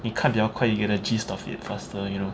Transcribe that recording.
你看比较快 you can actually stuff it faster you know